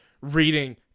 reading